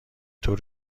طور